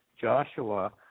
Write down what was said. Joshua